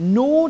no